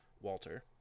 Walter